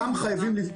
גם חייבים לבדוק,